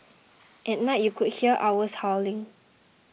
at night you could hear owls hooting